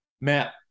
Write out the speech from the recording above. Matt